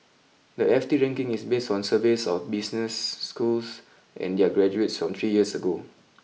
the F T ranking is based on surveys of business schools and their graduates from three years ago